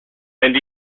and